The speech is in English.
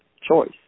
choice